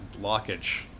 blockage